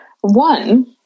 One